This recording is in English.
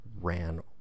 Ran